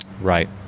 right